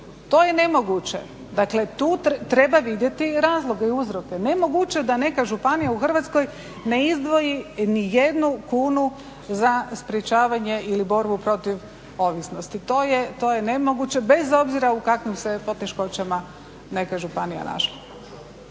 To je nemoguće. Dakle, tu treba vidjeti razloge i uzroke. Nemoguće da neka županija u Hrvatskoj ne izdvoji ni jednu kunu za sprječavanje ili borbu protiv ovisnosti. To je nemoguće bez obzira u kakvim se poteškoćama neka županija našla.